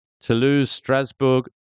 Toulouse-Strasbourg